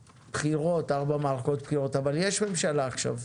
בחירות, ארבע מערכות בחירות, אבל יש ממשלה עכשיו,